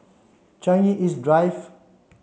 Changi East Drive